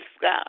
God